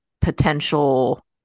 potential